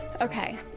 Okay